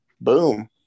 boom